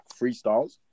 freestyles